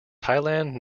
thailand